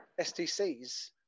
STCs